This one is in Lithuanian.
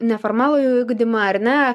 neformalųjį ugdymą ar ne